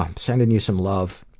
um sending you some love.